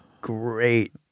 great